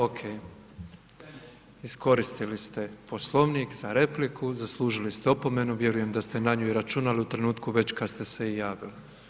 Ok, iskoristili ste Poslovnik za repliku, zaslužili ste opomenu, vjerujem da ste na nju i računali u trenutku već kad ste se i javili.